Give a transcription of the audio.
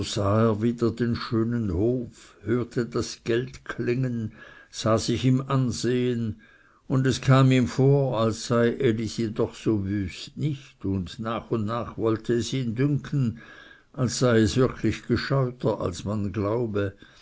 wieder den schönen hof hörte das geld klingen sah sich im ansehen und es kam ihm vor als sei elisi doch so wüst nicht und nach und nach wollte es ihn dünken als sei es wirklich gescheuter als man glaube